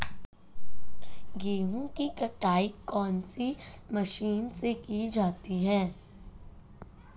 गेहूँ की कटाई कौनसी मशीन से की जाती है?